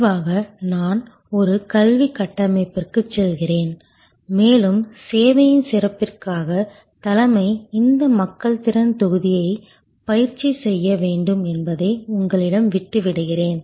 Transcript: முடிவாக நான் ஒரு கல்விக் கட்டமைப்பிற்குச் செல்கிறேன் மேலும் சேவையின் சிறப்பிற்காக தலைமை இந்த மக்கள் திறன் தொகுதியைப் பயிற்சி செய்ய வேண்டும் என்பதை உங்களிடம் விட்டு விடுகிறேன்